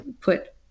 put